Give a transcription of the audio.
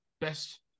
best